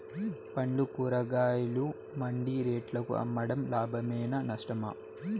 పండ్లు కూరగాయలు మండి రేట్లకు అమ్మడం లాభమేనా నష్టమా?